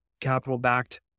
capital-backed